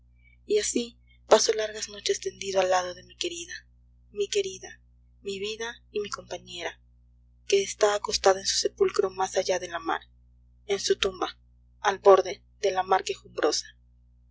y así paso largas noches tendido al lado de mi querida mi querida mi vida y mi compañera que está acostada en su sepulcro más allá de la mar en su tumba al borde de la